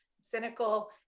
cynical